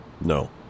No